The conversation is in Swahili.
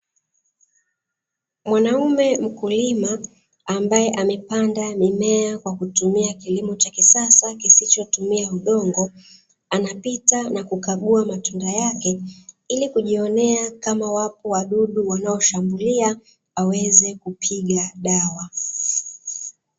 Mwanaume mkulima ambaye amepanda mimea kwa kutumia kilimo cha kisasa kisichotumia udongo, anapita na kukagua matunda yake ili kujionea kama wapo wadudu wanaoshambulia aweze kupiga dawa.